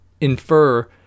infer